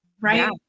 right